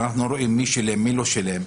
אנחנו רואים מי שילם, מי לא שילם.